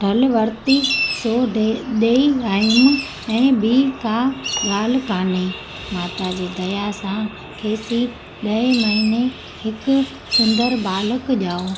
ढल वरती सो ॾे ॾेई आहियूं ऐं ॿीं का ॻाल्हि कान्हे माता जी दया सां खेसि ॾहें महिने हिकु सुंदर बालक ॼाओ